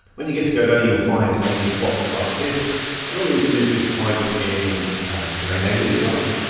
when you get to godaddy you'll find a box like this and all you need to do is type in the domain name that you'd like.